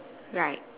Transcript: right